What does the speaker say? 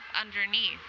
underneath